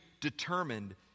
determined